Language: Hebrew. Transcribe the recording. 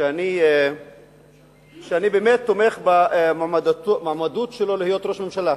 שאני באמת תומך במועמדות שלו להיות ראש ממשלה.